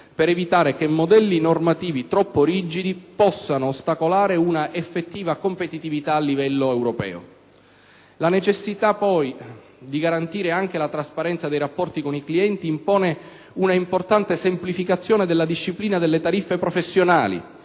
per evitare che modelli normativi troppo rigidi possano ostacolare una effettiva competitività a livello europeo. La necessità poi di garantire anche la trasparenza dei rapporti con i clienti impone un'importante semplificazione della disciplina delle tariffe professionali,